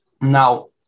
Now